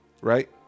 right